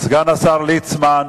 סגן השר ליצמן.